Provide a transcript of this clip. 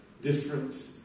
different